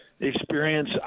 experience